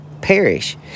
perish